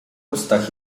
ustach